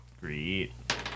Great